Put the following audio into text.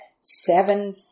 seven